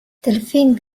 delphine